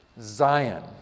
Zion